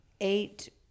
eight